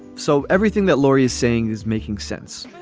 so everything that laurie is saying is making sense.